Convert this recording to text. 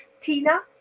Tina